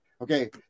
okay